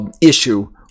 issue